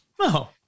No